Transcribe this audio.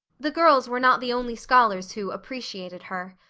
the girls were not the only scholars who appreciated her.